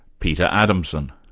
peter adamson.